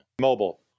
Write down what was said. mobile